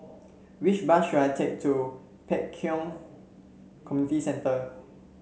which bus should I take to Pek Kio Community Centre